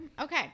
okay